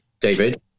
David